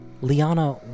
Liana